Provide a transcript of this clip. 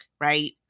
right